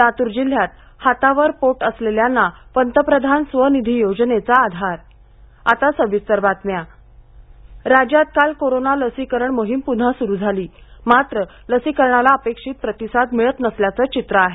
लातूर जिल्ह्यात हातावर पोट असलेल्यांना पंतप्रधान स्वनिधी योजनेचा आधार लसीकरण मोहीम राज्यात काल कोरोना लसीकरण मोहिम पून्हा सुरू झाली मात्र लसीकरणाला पेक्षित प्रतिसाद मिळत नसल्याचं चित्र आहे